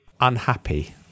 unhappy